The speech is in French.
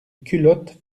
culotte